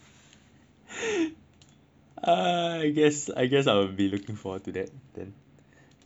ah I guess I guess I will be looking forward to that then can't wait can't wait